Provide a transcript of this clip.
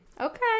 Okay